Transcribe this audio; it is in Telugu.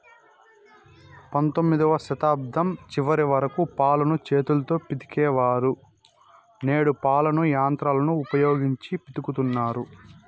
పంతొమ్మిదవ శతాబ్దం చివరి వరకు పాలను చేతితో పితికే వాళ్ళు, నేడు పాలను యంత్రాలను ఉపయోగించి పితుకుతన్నారు